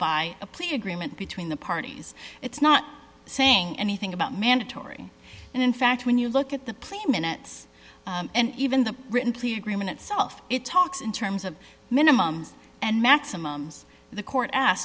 by a plea agreement between the parties it's not saying anything about mandatory and in fact when you look at the plea minutes and even the written plea agreement itself it talks in terms of minimum and maximum the court a